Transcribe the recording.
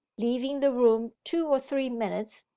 leaving the room two or three minutes,